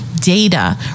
data